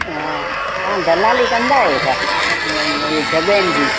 हा तव्हां दलाली कंदा आहियो छा जॻहियुनि जी